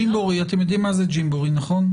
אתם יודעים מה זה ג'ימבורי נכון?